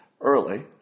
early